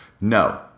No